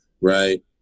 right